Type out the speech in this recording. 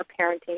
parenting